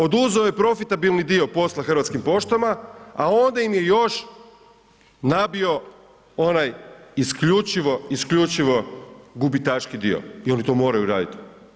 Oduzeo je profitabilni dio posla Hrvatskim poštama, a onda im je još nabio onaj isključivo, isključivo gubitaški dio i oni to moraju raditi.